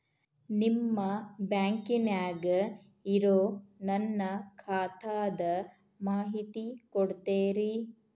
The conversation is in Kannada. ನಿಮ್ಮ ಬ್ಯಾಂಕನ್ಯಾಗ ಇರೊ ನನ್ನ ಖಾತಾದ ಮಾಹಿತಿ ಕೊಡ್ತೇರಿ?